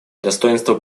достоинство